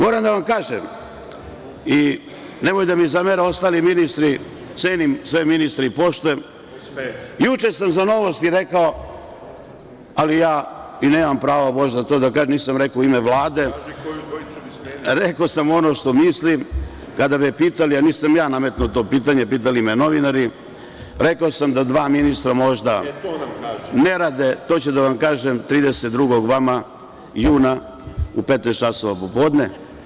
Moram da vam kažem, i da mi ne zamere ostali ministri, cenim sve ministre i poštujem, juče sam za „Novosti“ rekao, ali ja nemam prava možda to da kažem, i nisam rekao tu u ime Vlade, rekao sam ono što mislim, kada su me pitali, a nisam ja nametnuo to pitanje, pitali su me novinari, rekao sam da dva ministra možda ne rade… (Vojislav Šešelj: E, to nam kaži.) To ću vama da kažem 32. juna, u 15,00 časova popodne.